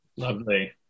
Lovely